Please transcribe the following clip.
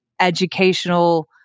educational